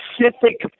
specific